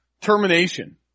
termination